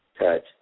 touch